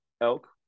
elk